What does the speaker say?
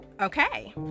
Okay